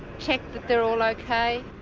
check that they're all ok,